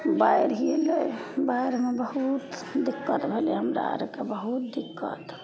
बाढ़ि एलय बाढ़िमे बहुत दिक्कत भेलय हमरा अरके बहुत दिक्कत